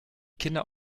kinder